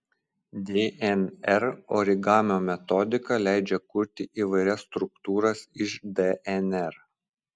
dnr origamio metodika leidžia kurti įvairias struktūras iš dnr